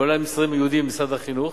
כולל המשרדים הייעודיים ומשרד החינוך.